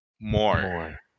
More